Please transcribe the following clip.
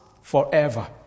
forever